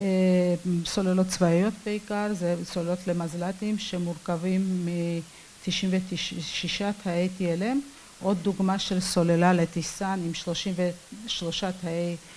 סוללות צבאיות בעיקר, זה סוללות למזלטים שמורכבים מ-96 תאי TLM עוד דוגמה של סוללה לטיסן עם 33 תאי